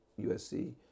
USC